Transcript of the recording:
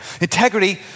Integrity